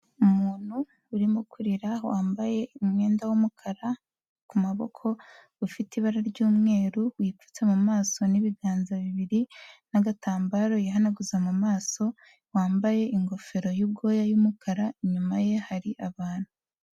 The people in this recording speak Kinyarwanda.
Umuntu urimo kurira wambaye umwenda w'umukara ku maboko, ufite ibara ry'umweru wipfutse mu maso n'ibiganza bibiri n'agatambaro yihanaguza mu maso wambaye ingofero y'ubwoya y'umukara, inyuma ye hari abantu.